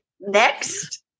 next